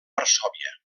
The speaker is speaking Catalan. varsòvia